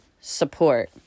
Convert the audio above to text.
support